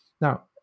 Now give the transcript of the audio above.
Now